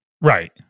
Right